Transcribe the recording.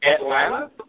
Atlanta